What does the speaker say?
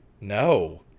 No